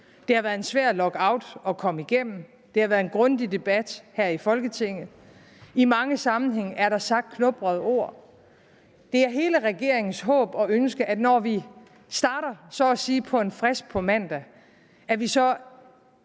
det har været en svær lockout at komme igennem, der har været en grundig debat her i Folketinget, og i mange sammenhænge er der sagt knubbede ord – så er det hele regeringens håb og ønske, at vi, når vi så at sige starter på en frisk på mandag, ikke